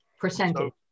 Percentage